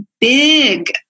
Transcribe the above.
big